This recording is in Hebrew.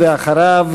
ואחריו,